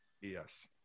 Yes